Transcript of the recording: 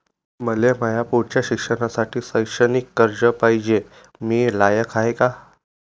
मले माया पुढच्या शिक्षणासाठी शैक्षणिक कर्ज पायजे, मी लायक हाय का?